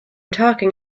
talking